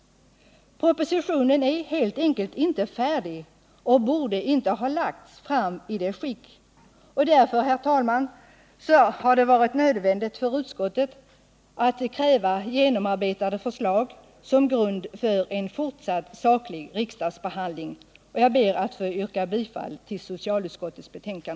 Propositionen är helt enkelt inte färdig och borde inte ha lagts fram i detta skick. Därför, herr talman, har det varit nödvändigt för utskottet att kräva genomarbetade förslag som grund för en fortsatt saklig riksdagsbehandling. Jag ber att få yrka bifall till socialutskottets hemställan.